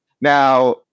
Now